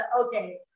okay